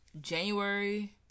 January